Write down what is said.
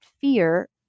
fear